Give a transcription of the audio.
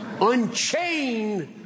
Unchain